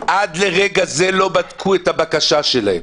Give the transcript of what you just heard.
עד לרגע זה לא בדקו את הבקשה שלהם.